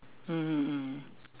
mmhmm mm